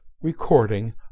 recording